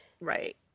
Right